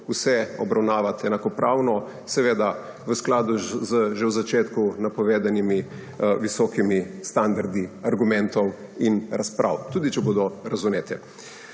vse obravnavati enakopravno, seveda v skladu z že v začetku napovedanimi visokimi standardi argumentov in razprav, tudi če bodo razvnete.